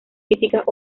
físicas